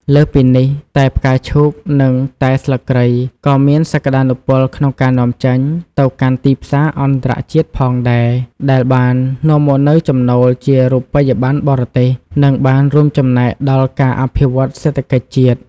លើសពីនេះ តែផ្កាឈូកនិងតែស្លឹកគ្រៃក៏មានសក្តានុពលក្នុងការនាំចេញ ទៅកាន់ទីផ្សារអន្តរជាតិផងដែរ ដែលបាននាំមកនូវចំណូលជារូបិយប័ណ្ណបរទេស និងបានរួមចំណែកដល់ការអភិវឌ្ឍសេដ្ឋកិច្ចជាតិ។